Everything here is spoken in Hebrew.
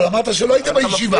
אבל אמרת שלא היית בישיבה,